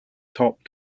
top